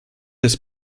his